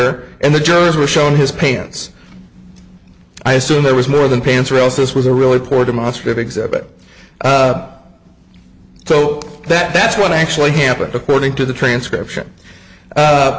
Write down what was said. her and the jurors were shown his pants i assume there was more than pants or else this was a really poor demonstrative exhibit so that that's what actually happened according to the transcription